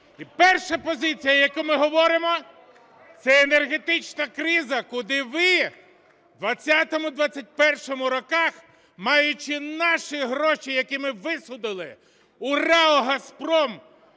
Перша позиція, яку ми говоримо, - це енергетична криза, куди ви у 2020-2021 роках, маючи наші гроші, які ми висудили у РАО "Газпром"